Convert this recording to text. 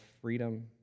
freedom